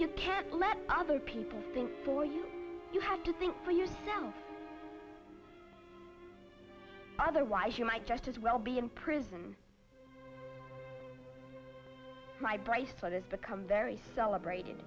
you can't let other people think for you you have to think for yourself otherwise you might just as well be in prison my bracelet has become very celebrated